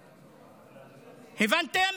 הבנתם?